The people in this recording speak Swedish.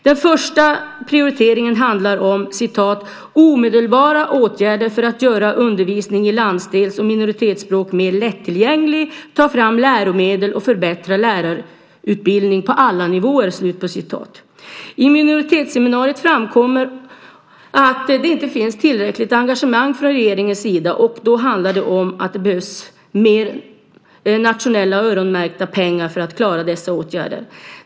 Den första prioriteringen handlar om "omedelbara åtgärder för att göra undervisning i landsdels eller minoritetsspråk mer lättillgänglig, ta fram läromedel och förbättra lärarutbildning på alla nivåer". Vid minoritetsseminariet framkom att det inte finns tillräckligt engagemang från regeringens sida, och då handlar det om att det behövs mer nationella öronmärkta pengar för att klara dessa åtgärder.